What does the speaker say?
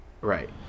right